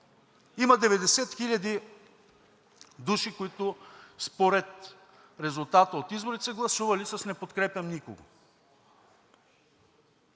Има 90 хиляди души, които според резултата от изборите са гласували с „не подкрепям никого“.